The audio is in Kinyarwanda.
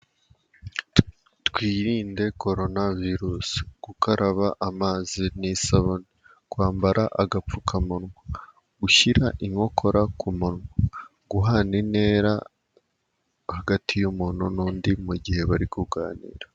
Twirinde Korona virusi: gukaraba amazi n'isabune, kwambara agapfukamunwa, gushyira inkokora ku munwa, guhana intera hagati y'umuntu n'undi mu gihe bari kuganira.